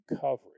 coverage